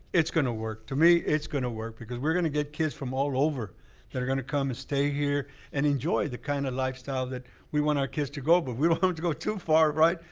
it's gonna work. to me, it's gonna work. because we're gonna get kids from all over that are gonna come and stay here and enjoy the kind of lifestyle that we want our kids to go. but we don't want to go too far, right?